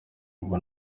ubu